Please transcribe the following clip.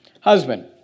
husband